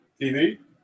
tv